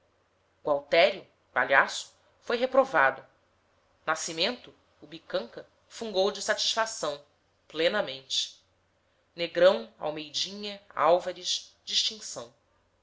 o não faria gualtério palhaço foi reprovado nascimento o bicanca fungou de satisfação plenamente negrão almeidinha álvares distinção